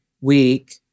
week